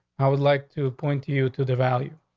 i would like to point to you to the value.